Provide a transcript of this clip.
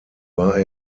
war